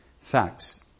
facts